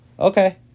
Okay